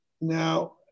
Now